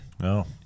No